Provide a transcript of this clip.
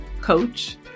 coach